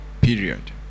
period